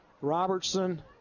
Robertson